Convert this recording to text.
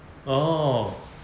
oh